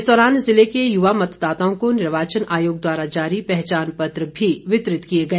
इस दौरान जिले के युवा मतदाताओं को निर्वाचन आयोग द्वारा जारी पहचान पत्र भी वितरित किए गए